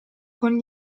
con